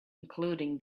including